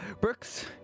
Brooks